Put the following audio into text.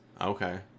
okay